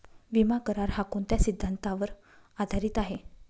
विमा करार, हा कोणत्या सिद्धांतावर आधारीत आहे?